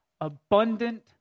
abundant